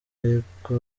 ariko